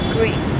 Green